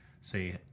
say